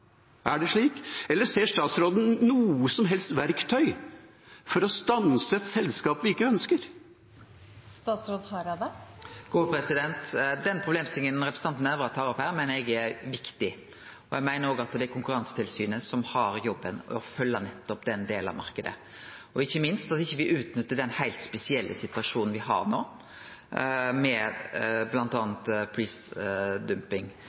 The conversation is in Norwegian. Er det slik, eller ser statsråden noe som helst verktøy for å stanse et selskap vi ikke ønsker? Den problemstillinga representanten Nævra tar opp her, meiner eg er viktig. Eg meiner òg at det er Konkurransetilsynet som har jobben med å følgje den delen av marknaden, ikkje minst òg at ein ikkje utnyttar den heilt spesielle situasjonen me har no, med